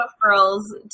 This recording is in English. Girls